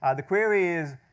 ah the query is,